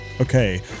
Okay